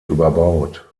überbaut